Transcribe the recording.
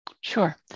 Sure